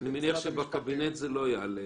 אני לא יודע למה הבנק שאל אותו.